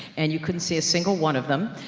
and you couldn't see a single one of them,